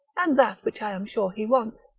and that which i am sure he wants,